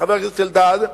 חבר הכנסת אלדד,